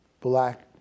black